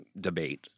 debate